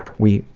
we,